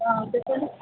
ఆ చెప్పండి